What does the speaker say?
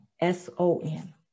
S-O-N